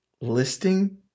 listing